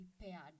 prepared